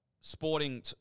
sporting